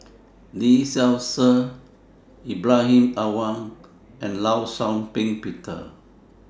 Lee Seow Ser Ibrahim Awang and law Shau Ping Peter